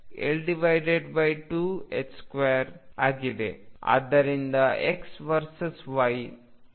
ಆದ್ದರಿಂದ X versus Y ಈ ಗ್ರಾಫ್ನಂತೆ ಕಾಣುತ್ತದೆ